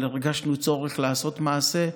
אבל הרגשנו צורך לעשות מעשה,